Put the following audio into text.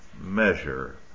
measure